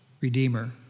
redeemer